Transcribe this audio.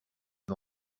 ils